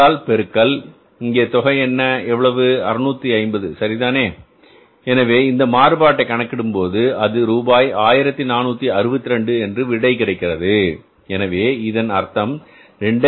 25 பெருக்கல் இங்கே தொகை என்ன எவ்வளவு 650 சரிதானே எனவே இந்த மாறுபாட்டை கணக்கிடும்போது அது ரூபாய் 1462 என்று விடை கிடைக்கிறது எனவே இதன் அர்த்தம் 2